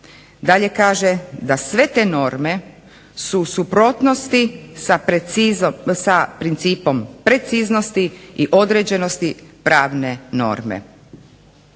Dalje kaže, da sve te norme su u suprotnosti sa principom preciznosti i određenosti pravne norme,